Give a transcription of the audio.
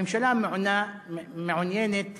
הממשלה מעוניינת